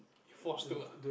forced to ah